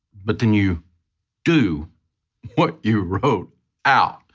but then you do what you wrote out.